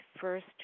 first